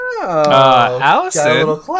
Allison